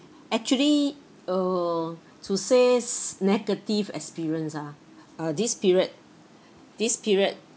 actually err to say negative experience ah uh this period this period